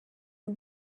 the